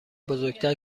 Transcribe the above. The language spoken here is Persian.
بزرگتر